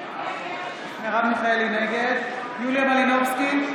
נגד יוליה מלינובסקי,